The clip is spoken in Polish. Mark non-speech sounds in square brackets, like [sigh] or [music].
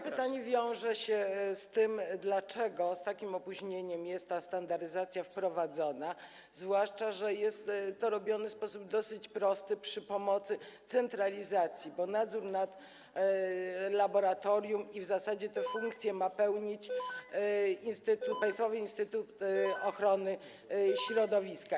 Moje pytanie wiąże się z tym, dlaczego z takim opóźnieniem jest ta standaryzacja wprowadzana, zwłaszcza że jest to robione w sposób dosyć prosty, za pomocą centralizacji, bo nadzór nad laboratorium, i w zasadzie [noise] chodzi o te funkcje, ma sprawować państwowy Instytut Ochrony Środowiska.